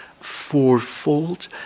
fourfold